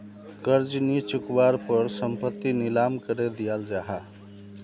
कर्ज नि चुक्वार पोर संपत्ति नीलाम करे दियाल जाहा